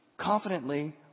confidently